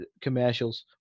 commercials